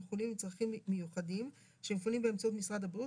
חולים עם צרכים מיוחדים שמפונים באמצעות משרד הבריאות